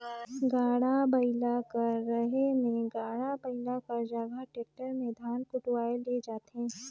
बगरा परिवार कर रहें में गाड़ा बइला कर जगहा टेक्टर में धान कुटवाए ले जाथें